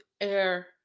Air